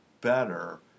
better